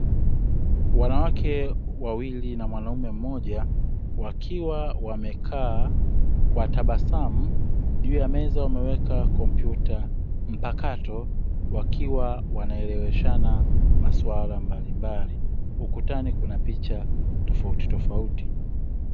Wanawake wawili na mwanaume mmoja wakiwa wamekaa kwa tabasamu juu ya meza wameweka kompyuta mpakato wakiwa wanaeleweshana masuala mbalimbali, ukutani kuna picha tofautitofauti.